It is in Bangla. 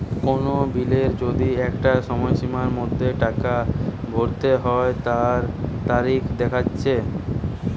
কোন বিলের যদি একটা সময়সীমার মধ্যে টাকা ভরতে হই তার তারিখ দেখাটিচ্ছে